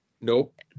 Nope